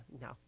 no